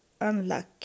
unlucky